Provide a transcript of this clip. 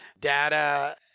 data